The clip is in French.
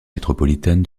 métropolitaine